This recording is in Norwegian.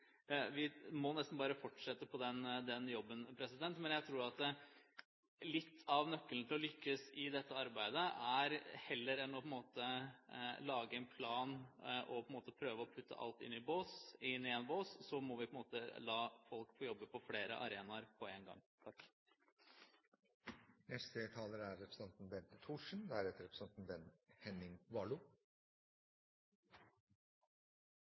Vi må nesten bare fortsette på den jobben. Men jeg tror at litt av nøkkelen til å lykkes i dette arbeidet er at vi heller enn å lage en plan hvor vi prøver å putte alt inn i én bås, må la folk jobbe på flere arenaer på en gang. Innledningsvis vil jeg takke saksordføreren for godt utført arbeid med denne saken om behovet for en helhetlig tverrdepartemental plan for voksnes læring. Det er